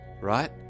right